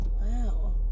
Wow